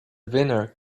winner